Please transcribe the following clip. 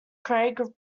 craig